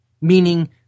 meaning